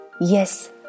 Yes